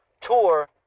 tour